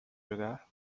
jogar